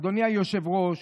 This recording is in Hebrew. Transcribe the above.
אדוני היושב-ראש,